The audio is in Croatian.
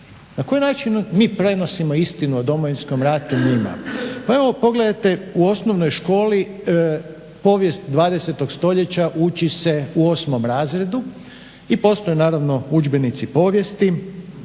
Na koji način mi prenosimo istinu o Domovinskom ratu njima? Pa evo pogledajte u osnovnoj školi povijest 20 st. uči se u osmom razredu i postoje naravno udžbenici povijesti